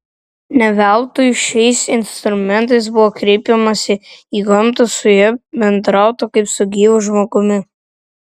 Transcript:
ne veltui šiais instrumentais buvo kreipiamasi į gamtą su ja bendrauta kaip su gyvu žmogumi